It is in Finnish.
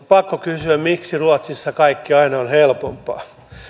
pakko kysyä miksi ruotsissa kaikki aina on helpompaa